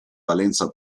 valenza